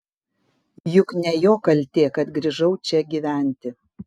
juk ne jo kaltė kad grįžau čia gyventi